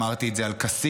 אמרתי את זה על כסיף,